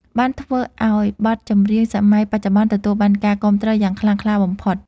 បានធ្វើឱ្យបទចម្រៀងសម័យបច្ចុប្បន្នទទួលបានការគាំទ្រយ៉ាងខ្លាំងក្លាបំផុត។